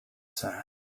sand